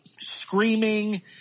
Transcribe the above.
screaming